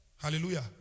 Hallelujah